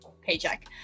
paycheck